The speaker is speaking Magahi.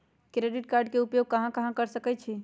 क्रेडिट कार्ड के उपयोग कहां कहां कर सकईछी?